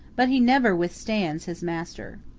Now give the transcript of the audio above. but he never withstands, his master.